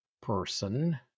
person